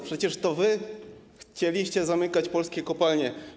Przecież to wy chcieliście zamykać polskie kopalnie.